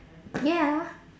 ya